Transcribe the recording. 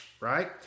right